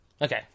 Okay